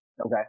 Okay